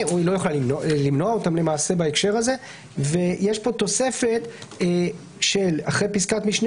או לא יכולה למנוע אותן למעשה בהקשר הזה ויש פה תוספת: "אחרי פסקת משנה